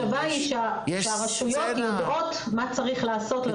המחשבה היא שהרשויות יודעות מה צריך לעשות לתושבים שלהן.